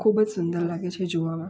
ખૂબ જ સુંદર લાગે છે જોવામાં